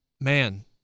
man